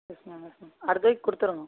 S ma'am yes ma'am அடுத்த week கொடுத்துர்றேன் ma'am